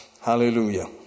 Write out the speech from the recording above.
Hallelujah